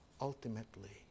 ultimately